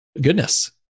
goodness